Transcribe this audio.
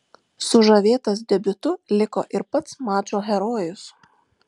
sužavėtas debiutu liko ir pats mačo herojus